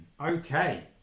okay